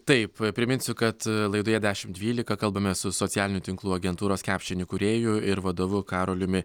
taip priminsiu kad laidoje dešimt dvylika kalbamės su socialinių tinklų agentūros caption įkūrėju ir vadovu karoliumi